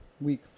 week